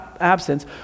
absence